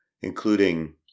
Including